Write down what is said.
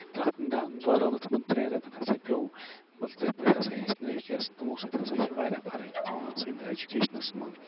تَتھ دوران ٲسۍ تِمن ترین رٮ۪تن ہسا پیٚو مطلب تِتھۍ پٲٹھۍ ہسا ہیٚچھنٲوِکھ یہِ تِمو سۭتۍ ہسا چھِ واریاہ فرق پیٚوان سٲنس اٮ۪جُکیشنَس منٛز